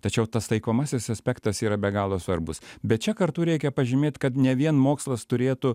tačiau tas taikomasis aspektas yra be galo svarbus bet čia kartu reikia pažymėt kad ne vien mokslas turėtų